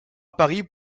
paris